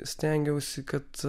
stengiausi kad